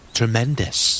Tremendous